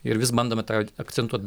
ir vis bandome tą akcentuot